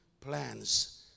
plans